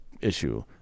issue